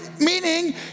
meaning